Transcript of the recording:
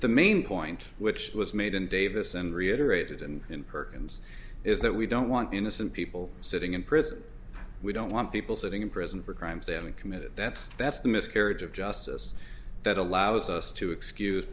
the main point which was made in davis and reiterated and in perkins is that we don't want innocent people sitting in prison we don't want people sitting in prison for crimes they haven't committed that's that's the miscarriage of justice that allows us to excuse